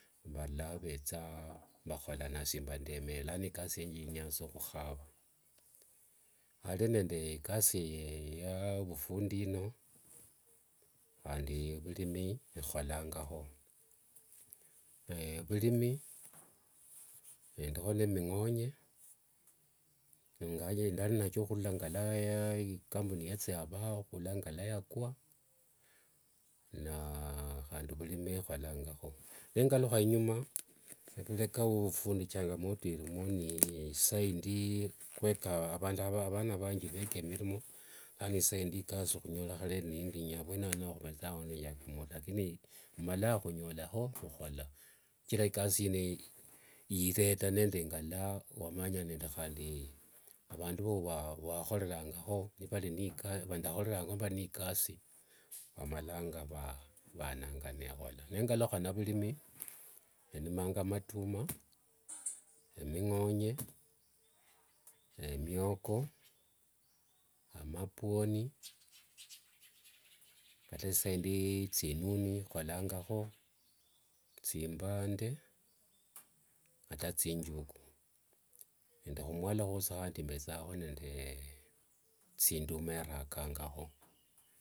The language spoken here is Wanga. Varulao vetsa vakhola nasi mba ndeemere, lano ikasi yanje yenyaa sa huhava. Are nende ikasi yo ovufundi eno, handi vurimi eholangaho, naye vurimi endiho ne mihonye ingawaje ndari nachio hula ngala ikampuni yetsa yavaawo hula ngelwa yakua, na handi ovurimi eholangaho. Nengaluha inyuma vureka wo vufundi changamoto irimo ne isaindi hweka avana vanji veeka mirimo lano isaindi ikasi hunyorehana ne indinyu, avwene ao nahuvenzaho nde chamgamoto lakini humala hunyolaho huhola, shichira ikasi ino iletsa nende ngalwa wamanyana nde handi avandu vova nindahorengaho ni vari ne ikasi vananga nehola, nengaluha navurimi enimanga matumwa, eming'onye, emioko, amabuoni, kata isaindi tsinuni eholangaho, tsimbande, ata nzinjuku, nende humwalo huosi handi mbetsanga nende etsinduma rachangaho.